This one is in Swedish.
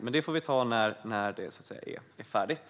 Men det får vi ta när det är färdigt.